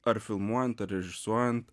ar filmuojant ar režisuojant